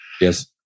Yes